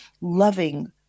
loving